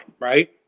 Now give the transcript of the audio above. Right